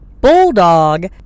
bulldog